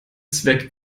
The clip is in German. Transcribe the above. zweck